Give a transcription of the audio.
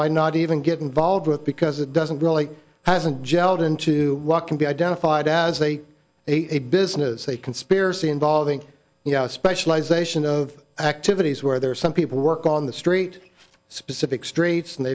might not even get involved with because it doesn't really hasn't jelled into what can be identified as a a business a conspiracy involving you know a specialization of activities where there are some people work on the street specific streets and